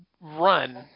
run